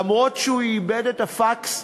אף שהוא איבד את הפקס,